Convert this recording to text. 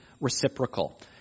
reciprocal